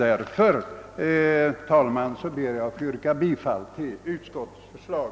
Herr talman! Jag ber att få yrka bifall till utskottets förslag.